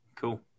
Cool